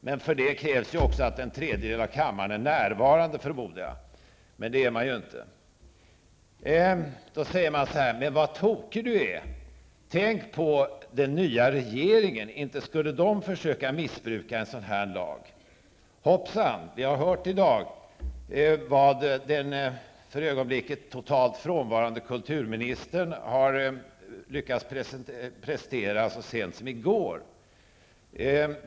Men för det krävs väl också att en tredjedel av kammaren är närvarande, förmodar jag. Men det är den inte. Man säger: Vad tokig du är. Tänk på den nya regeringen. Inte skulle den försöka missbruka en sådan här lag. Hoppsan, vi har i dag hört vad den för ögonblicket totalt frånvarande kulturministern lyckades prestera så sent som i går.